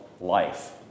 life